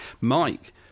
Mike